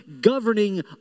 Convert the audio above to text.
governing